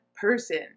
person